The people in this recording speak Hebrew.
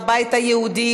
הבית היהודי,